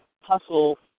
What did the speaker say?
hustle